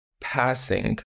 passing